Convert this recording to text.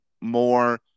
more